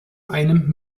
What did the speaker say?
einem